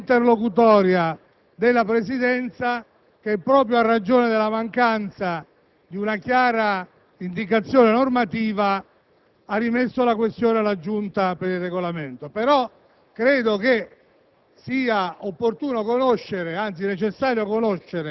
Si è rimasti ad una valutazione interlocutoria della Presidenza che, proprio in ragione della mancanza di una chiara indicazione normativa, ha rimesso la questione alla Giunta per il Regolamento.